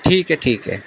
ٹھیک ہے ٹھیک ہے